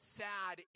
sad